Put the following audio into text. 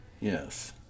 Yes